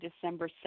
December